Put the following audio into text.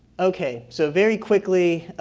okay so very quickly,